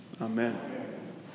Amen